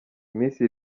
iminsi